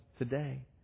today